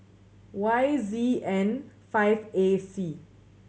Y Z N five A C